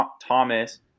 Thomas